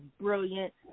brilliant